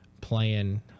playing